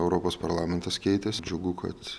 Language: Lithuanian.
europos parlamentas keitės džiugu kad